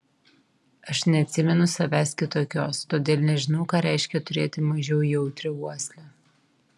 aš neatsimenu savęs kitokios todėl nežinau ką reiškia turėti mažiau jautrią uoslę